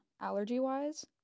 allergy-wise